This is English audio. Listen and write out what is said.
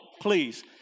please